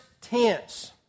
tense